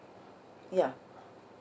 ya